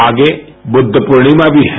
आगे बुद्ध पूर्णिमा भी है